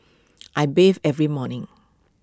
I bathe every morning